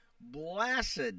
Blessed